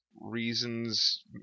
reasons